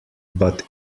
but